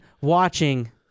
watching